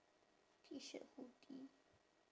T shirt hoodie